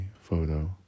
photo